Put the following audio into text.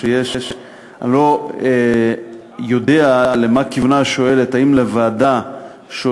4. האם מתפרסם פרוטוקול דיוני הוועדה?